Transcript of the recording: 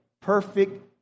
perfect